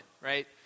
right